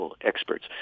experts